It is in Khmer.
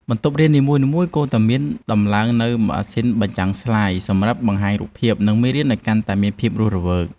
បន្ទប់រៀននីមួយៗគួរតែមានដំឡើងនូវម៉ាស៊ីនបញ្ចាំងស្លាយសម្រាប់បង្ហាញរូបភាព និងមេរៀនឱ្យកាន់តែមានភាពរស់រវើក។